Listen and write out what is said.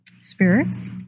spirits